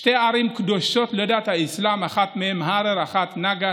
שתי ערים קדושות לדת האסלאם: אחת מהן הרר והשנייה נגאש.